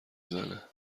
زنه